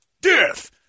Death